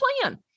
plan